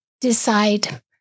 Decide